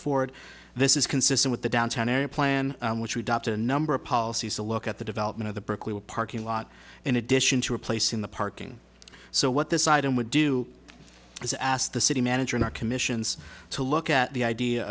forward this is consistent with the downtown area plan which we adopted a number of policies to look at the development of the berkeley parking lot in addition to a place in the parking so what this item would do is ask the city manager in our commissions to look at the idea